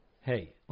Hey